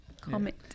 comment